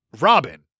Robin